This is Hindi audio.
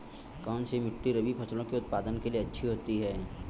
कौनसी मिट्टी रबी फसलों के उत्पादन के लिए अच्छी होती है?